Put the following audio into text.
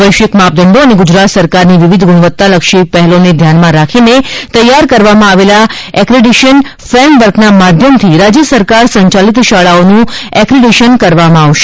વૈશ્વિક માપદંડો અને ગુજરાત સરકારની વિવિધ ગુણવત્તા લક્ષી પહેલાને ધ્યાનમાં રાખીને તૈયાર કરવામાં આવેલા એક્રેડિટેશન ફેમવર્કના માધ્યમથી રાજ્ય સરકાર સંચાલિત શાળાઓનું એક્રેડિશન કરવામાં આવશે